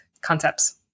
concepts